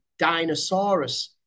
Dinosaurus